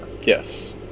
yes